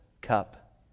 cup